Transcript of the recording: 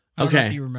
Okay